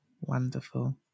Wonderful